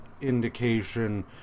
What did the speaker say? indication